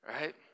Right